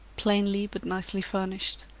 plainly but nicely furnished.